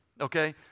okay